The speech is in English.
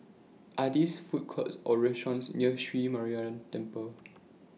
Are There Food Courts Or restaurants near Sri Muneeswaran Temple